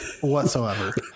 whatsoever